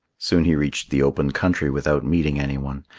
soon he reached the open country without meeting anyone,